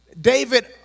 David